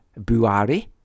Buari